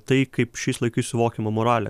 tai kaip šiais laikais suvokiama moralė